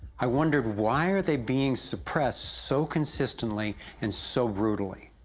i wonder why are they being suppressed so consistently and so brutally?